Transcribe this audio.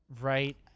right